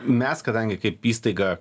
mes kadangi kaip įstaiga